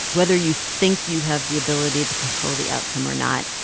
whether you think you have the ability to control the outcome or not.